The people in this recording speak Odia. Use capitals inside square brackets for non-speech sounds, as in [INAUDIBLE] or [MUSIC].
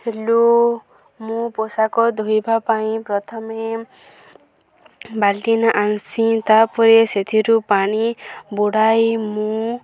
ହେଲୋ ମୁଁ ପୋଷାକ ଧୋଇବା ପାଇଁ ପ୍ରଥମେ [UNINTELLIGIBLE] ତାପରେ ସେଥିରୁ ପାଣି ବୁଡ଼ାଇ ମୁଁ